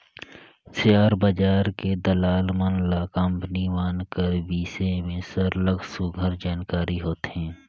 share बजार के दलाल मन ल कंपनी मन कर बिसे में सरलग सुग्घर जानकारी होथे